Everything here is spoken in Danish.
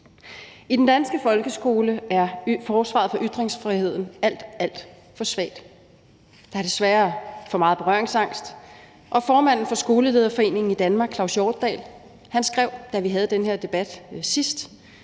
I den danske folkeskole er forsvaret for ytringsfriheden alt, alt for svagt. Der er desværre for meget berøringsangst, og formanden for Skolelederforeningen i Danmark, Claus Hjortdal, skrev i Jyllands-Posten, da vi sidst